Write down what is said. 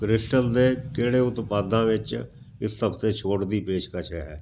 crystal ਦੇ ਕਿਹੜੇ ਉਤਪਾਦਾਂ ਵਿੱਚ ਇਸ ਹਫ਼ਤੇ ਛੋਟ ਦੀ ਪੇਸ਼ਕਸ਼ ਹੈ